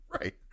Right